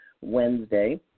Wednesday